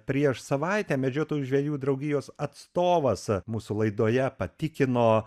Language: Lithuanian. prieš savaitę medžiotojų žvejų draugijos atstovas mūsų laidoje patikino